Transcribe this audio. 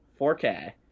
4k